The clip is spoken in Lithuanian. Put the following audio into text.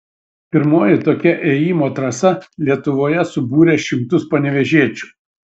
pirmoji tokia ėjimo trasa lietuvoje subūrė šimtus panevėžiečių